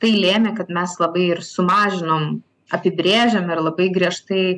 tai lėmė kad mes labai ir sumažinom apibrėžėm ir labai griežtai